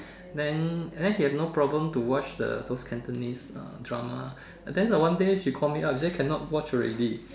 then and then she had no problem to watch the those Cantonese drama and then one day she called me up she said cannot watch already